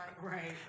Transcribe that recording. Right